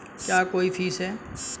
क्या कोई फीस है?